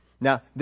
Now